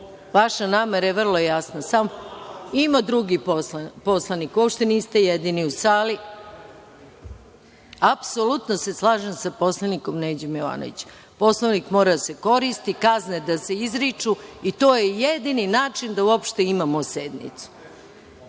s mesta: Po amandmanu.)Ima drugih poslanika, uopšte niste jedini u sali. Apsolutno se slažem sa poslanikom Neđom Jovanovićem. Poslovnik mora da se koristi, kazne da se izriču i to je jedini način da uopšte imamo sednicu. Daću